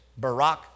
Barack